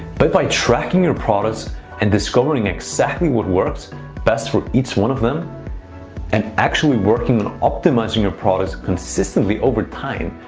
but by tracking your products and discovering exactly what works best for each one of them and actually working on optimizing your products consistently over time,